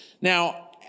Now